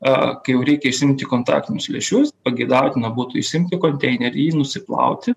a kai jau reikia išsiimti kontaktinius lęšius pageidautina būtų išsiimti konteinerį jį nusiplauti